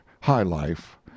high-life